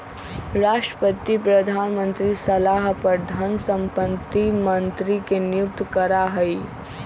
राष्ट्रपति प्रधानमंत्री के सलाह पर धन संपत्ति मंत्री के नियुक्त करा हई